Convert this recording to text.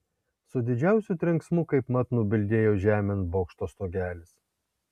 su didžiausiu trenksmu kaip mat nubildėjo žemėn bokšto stogelis